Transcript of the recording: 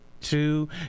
two